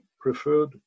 preferred